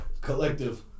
collective